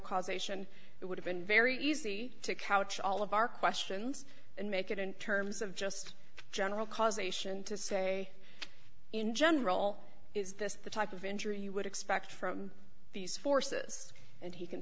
causation it would have been very easy to couch all of our questions and make it in terms of just general causation to say in general is this the type of injury you would expect from these forces and he can